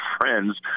friends